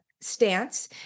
stance